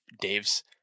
Dave's